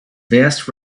vast